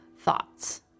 thoughts